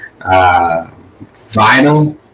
Vinyl